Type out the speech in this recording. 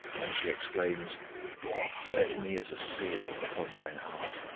and she exclaims set me as a seal upon thine heart,